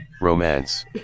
Romance